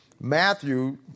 Matthew